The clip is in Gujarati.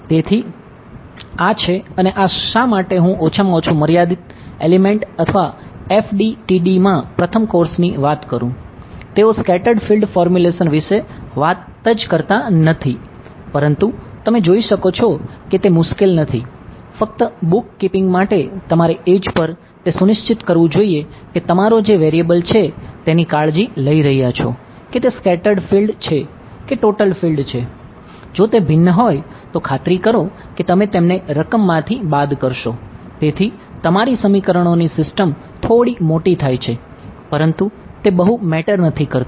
તેથી આ છે અને શા માટે હું ઓછામાં ઓછું મર્યાદિત એલિમેન્ટ અથવા FDTD માં પ્રથમ કોર્સ ની વાત કરું તેઓ સ્કેટર્ડ નથી કરતું